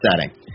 setting